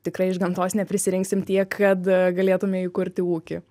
tikrai iš gamtos neprisirinksim tiek kad galėtume įkurti ūkį